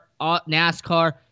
NASCAR